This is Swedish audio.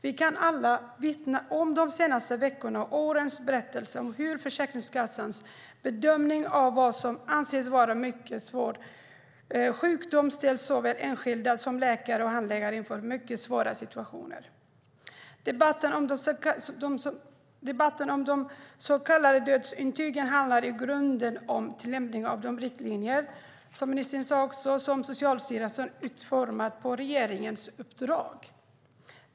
Vi kan alla kan vittna om de senaste veckornas och årens berättelser om hur Försäkringskassans bedömning av vad som anses vara mycket svår sjukdom har ställt såväl enskilda som läkare och handläggare inför mycket svåra situationer. Debatten om de så kallade dödsintygen handlar i grunden, som ministern också sade, om tillämpningen av de riktlinjer som Socialstyrelsen utformat på regeringens uppdrag.